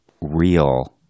real